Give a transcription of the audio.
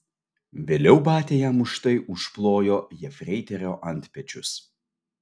vėliau batia jam už tai užplojo jefreiterio antpečius